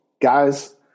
Guys